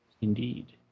Indeed